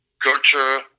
culture